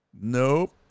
nope